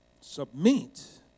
Submit